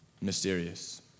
mysterious